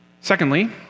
Secondly